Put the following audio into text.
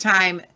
Time